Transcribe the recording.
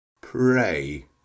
pray